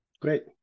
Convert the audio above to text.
great